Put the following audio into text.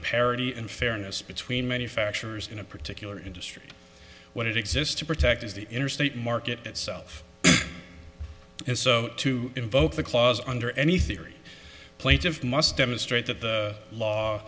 parity and fairness between manufacturers in a particular industry when it exists to protect is the interstate market itself is to invoke the clause under any theory plaintiffs must demonstrate that the law